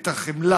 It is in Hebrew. את החמלה